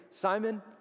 Simon